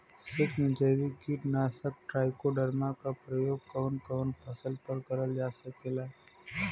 सुक्ष्म जैविक कीट नाशक ट्राइकोडर्मा क प्रयोग कवन कवन फसल पर करल जा सकेला?